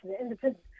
Independence